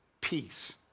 peace